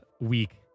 Week